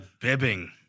bibbing